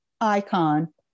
icon